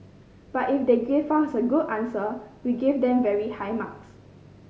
but if they give us a good answer we give them very high marks